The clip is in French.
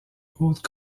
hautes